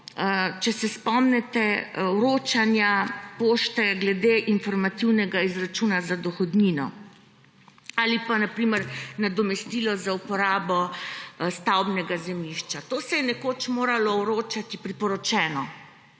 če se spomnite vročanja pošte glede informativnega izračuna za dohodnino ali pa na primer nadomestila za uporabo stavbnega zemljišča. To se je nekoč moralo vročati priporočeno,